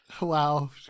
Wow